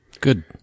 Good